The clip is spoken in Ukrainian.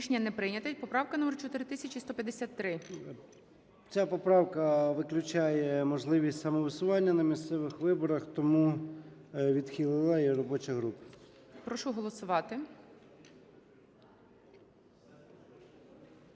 Ця поправка виключає можливість самовисування на місцевих виборах, тому відхилила її робоча група.